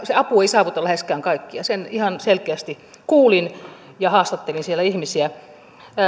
se apu ei saavuta läheskään kaikkia sen ihan selkeästi kuulin ja haastattelin siellä ihmisiä